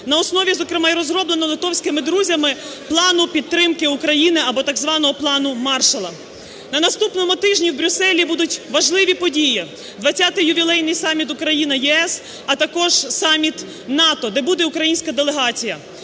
на основі, зокрема, і розробленого литовськими друзями плану підтримки України або так званого Плану Маршалла. На наступному тижні в Брюсселі будуть важливі події: двадцятий ювілейний саміт Україна–ЄС, а також саміт НАТО, де буде українська делегація.